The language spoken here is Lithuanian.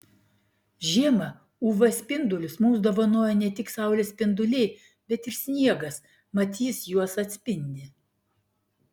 žiemą uv spindulius mums dovanoja ne tik saulės spinduliai bet ir sniegas mat jis juos atspindi